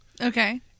Okay